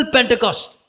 Pentecost